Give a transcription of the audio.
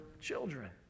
children